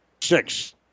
six